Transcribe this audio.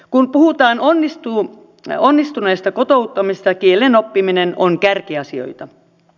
kun puhutaan onnistuneesta kotouttamisesta kielen oppiminen on kärkiasioita